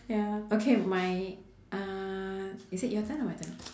ya okay my uh is it your turn or my turn